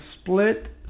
split